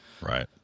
Right